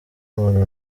umuntu